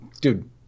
dude